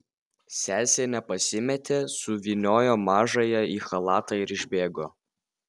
sesė nepasimėtė suvyniojo mažąją į chalatą ir išbėgo